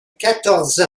quatorze